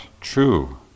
true